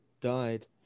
died